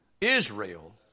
Israel